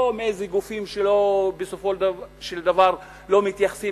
לא מאיזה גופים שבסופו של דבר לא מתייחסים